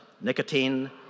nicotine